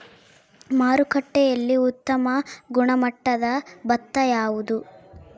ಮಾರುಕಟ್ಟೆಯಲ್ಲಿ ಉತ್ತಮ ಗುಣಮಟ್ಟದ ಭತ್ತ ಯಾವುದು?